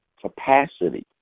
capacity